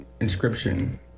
inscription